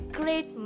great